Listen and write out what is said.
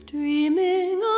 Dreaming